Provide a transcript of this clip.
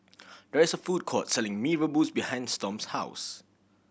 there is food court selling Mee Rebus behind Storm's house